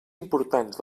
importants